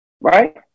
right